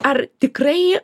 ar tikrai